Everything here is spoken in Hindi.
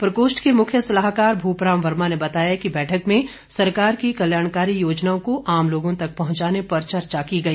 प्रकोष्ठ के मुख्य सलाहकार भूपराम वर्मा ने बताया कि बैठक में सरकार की कल्याणकारी योजनाओं को आम लोगों तक पहुंचाने पर चर्चा की गई